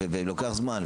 ולוקח זמן,